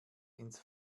ins